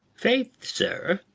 faith, sir,